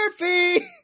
Murphy